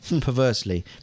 perversely